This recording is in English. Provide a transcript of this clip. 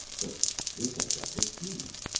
but this i've got to see.